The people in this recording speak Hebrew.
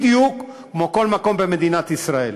בדיוק כמו בכל מקום במדינת ישראל.